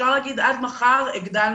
אפשר להגיד עד מחר הגדלנו.